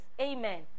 Amen